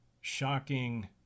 shocking